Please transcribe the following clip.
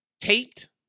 taped